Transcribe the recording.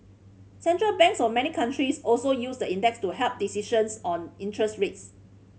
Central Banks of many countries also use the index to help decisions on interest rates